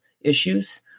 issues